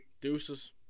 Deuces